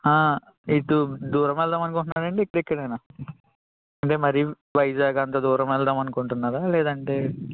ఇటు దూరం వెళ్దాం అనుకుంటున్నారండి ఇక్కడ ఇక్కడేనా అంటే మరి వైజాగ్ అంత దూరం వెళ్దాం అనుకుంటున్నారా లేదంటే